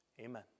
Amen